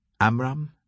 Amram